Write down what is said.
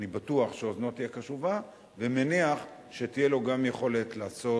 אני בטוח שאוזנו תהיה קשובה ומניח שתהיה לו גם היכולת לעשות